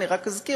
רק אזכיר,